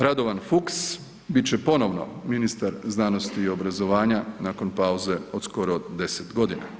Radovan Fuchs bit će ponovno ministar znanosti i obrazovanja nakon pauze od skoro 10 godina.